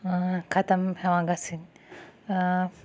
خَتَم ہیٚوان گَژھٕنۍ